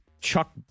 Chuck